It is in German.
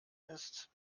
ist